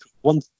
one